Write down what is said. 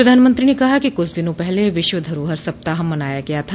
प्रधानमंत्री ने कहा कि कुछ दिनों पहले विश्व धरोहर सप्ताह मनाया गया था